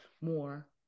more